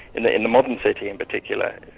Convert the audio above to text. in in the modern city in particular,